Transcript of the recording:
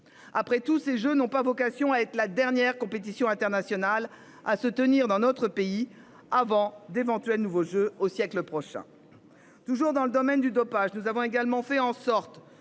Après tout ces jeux n'ont pas vocation à être la dernière compétition internationale à se tenir dans notre pays avant d'éventuels nouveaux jeux au siècle prochain. Toujours dans le domaine du dopage. Nous avons également fait en sorte